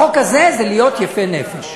החוק הזה זה להיות יפה נפש.